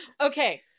okay